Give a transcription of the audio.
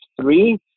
three